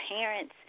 parents